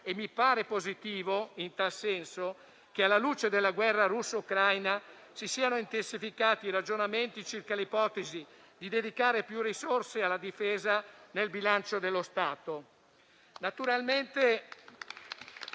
Mi pare positivo, in tal senso, che, alla luce della guerra russo-ucraina, si siano intensificati ragionamenti circa l'ipotesi di dedicare più risorse alla difesa nel bilancio dello Stato.